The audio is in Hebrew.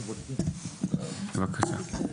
בבקשה.